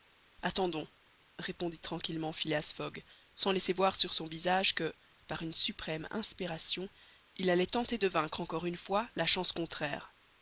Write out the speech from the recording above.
attendons répondit tranquillement phileas fogg sans laisser voir sur son visage que par une suprême inspiration il allait tenter de vaincre encore une fois la chance contraire